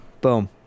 boom